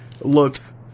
looks